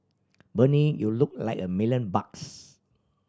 Bernie you look like a million bucks